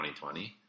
2020